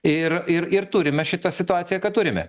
ir ir ir turime šitą situaciją ką turime